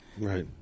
Right